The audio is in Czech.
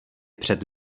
před